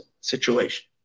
situation